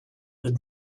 that